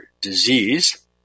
disease